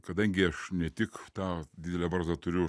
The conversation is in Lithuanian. kadangi aš ne tik tą didelę barzdą turiu